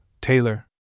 Taylor